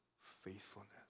faithfulness